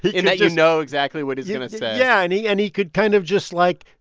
in that you know exactly what he's going to say yeah. and he and he could kind of just, like,